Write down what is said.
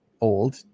Old